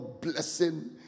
blessing